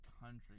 country